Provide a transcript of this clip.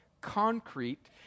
concrete